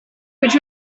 which